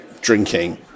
drinking